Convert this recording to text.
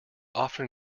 often